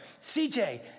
CJ